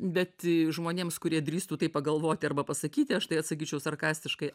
bet žmonėms kurie drįstų taip pagalvoti arba pasakyti aš tai atsakyčiau sarkastiškai